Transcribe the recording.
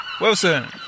wilson